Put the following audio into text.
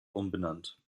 umbenannt